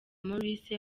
maurice